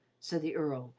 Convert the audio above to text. said the earl,